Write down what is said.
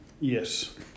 Yes